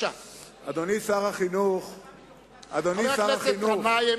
חבר הכנסת גנאים